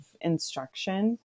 instruction